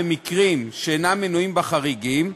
במקרים שאינם מנויים בחריגים,